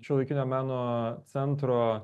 šiuolaikinio meno centro